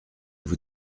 vous